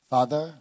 Father